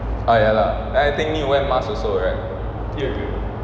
ah ya lah then I think need wear mask also right